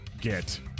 Get